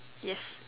yes